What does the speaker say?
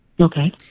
Okay